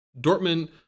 Dortmund